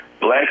black